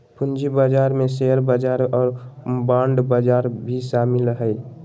पूँजी बजार में शेयर बजार और बांड बजार भी शामिल हइ